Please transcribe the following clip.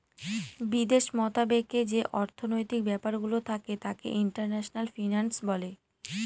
বিদেশ মতাবেকে যে অর্থনৈতিক ব্যাপারগুলো থাকে তাকে ইন্টারন্যাশনাল ফিন্যান্স বলে